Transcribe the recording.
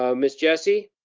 um miss jessie?